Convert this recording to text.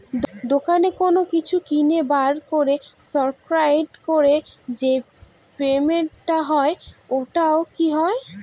দোকানে কোনো কিছু কিনে বার কোড স্ক্যান করে যে পেমেন্ট টা হয় ওইটাও কি হয়?